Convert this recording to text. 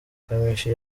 kamichi